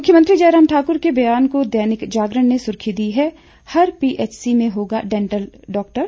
मुख्यमंत्री जयराम ठाकुर के बयान को दैनिक जागरण ने सुर्खी दी है हर पीएचसी में होगा डेंटल डॉक्टर